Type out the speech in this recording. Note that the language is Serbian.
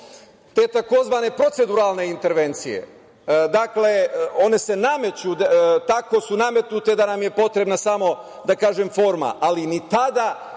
te tzv. proceduralne intervencije, dakle, one se nameću. Tako su nametnute da nam je potrebna, samo da kažem, forma. Al, ni tada